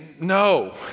No